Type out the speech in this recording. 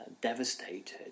devastated